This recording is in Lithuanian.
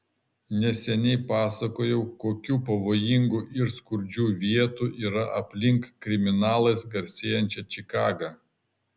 neseniai pasakojau kokių pavojingų ir skurdžių vietų yra aplink kriminalais garsėjančią čikagą